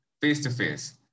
face-to-face